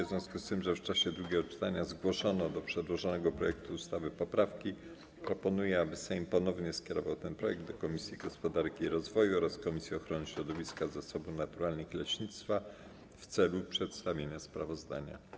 W związku z tym, że w czasie drugiego czytania zgłoszono do przedłożonego projektu ustawy poprawki, proponuję, aby Sejm ponownie skierował ten projekt do Komisji Gospodarki i Rozwoju oraz Komisji Ochrony Środowiska, Zasobów Naturalnych i Leśnictwa w celu przedstawienia sprawozdania.